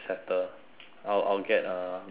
I'll I'll get a marble slab